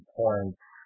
points